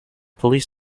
police